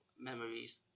memories